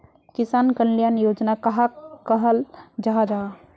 किसान कल्याण योजना कहाक कहाल जाहा जाहा?